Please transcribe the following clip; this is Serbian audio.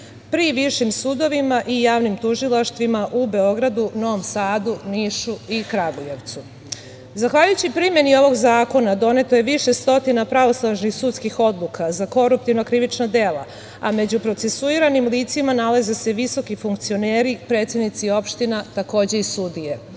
pri višim sudovima i javnim tužilaštvima u Beogradu, Novom Sadu, Nišu i Kragujevcu. Zahvaljujući primeni ovog zakona doneto je više stotina pravosnažnih sudskih odluka za koruptivna krivična dela, a među procesuiranim licima nalaze se visoki funkcioneri, predsednici opština, takođe i sudije. Ono